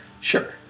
Sure